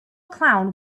clown